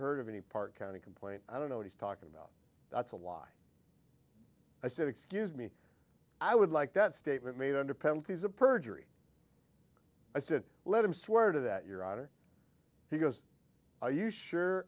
heard of any park county complaint i don't know what he's talking about that's a lie i said excuse me i would like that statement made under penalties of perjury i said let him swear to that your honor he goes are you sure